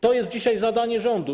To jest dzisiaj zadanie rządu.